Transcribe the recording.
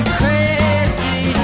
crazy